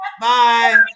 Bye